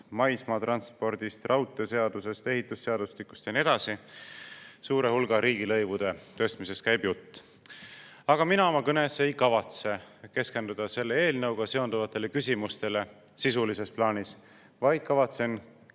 maismaatranspordist, raudteeseadusest, ehitusseadustikust ja nii edasi. Suure hulga riigilõivude tõstmisest käib jutt. Aga mina oma kõnes ei kavatse keskenduda selle eelnõuga seonduvatele küsimustele sisulises plaanis, vaid kavatsen